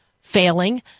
failing